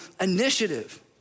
initiative